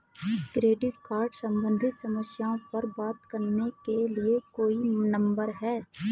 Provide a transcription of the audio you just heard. Credit card सम्बंधित समस्याओं पर बात करने के लिए कोई नंबर है?